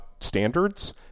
standards